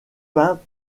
peints